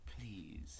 please